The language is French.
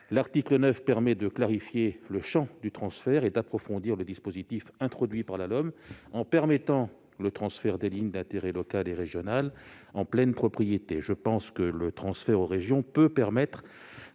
L'article 9 permet de clarifier le champ du transfert et d'approfondir le dispositif introduit par la LOM, en permettant le transfert des lignes d'intérêt local et régional en pleine propriété. Je pense que le transfert aux régions est un moyen